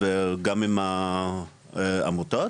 התוצאות ומידת ההיקף של התופעה הזו,